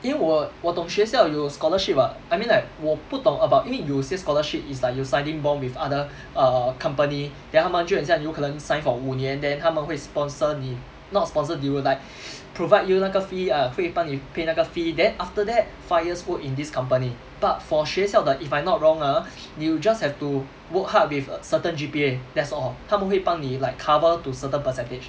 因为我我懂学校有 scholarship but I mean like 我不懂 about 因为有些 scholarship is like you signing bond with other err company then 他们就很像有可能 sign for 五年 then 他们会 sponsor 你 not sponsor they will like provide you 那个 fee err 会帮你 pay 那个 fee then after that five years work in this company but for 学校的 if I'm not wrong ah you just have to work hard with a certain G_P_A that's all 他们会帮你 like cover to certain percentage